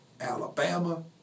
Alabama